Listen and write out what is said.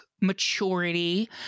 maturity